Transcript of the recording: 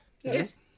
Yes